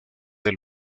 del